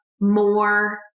more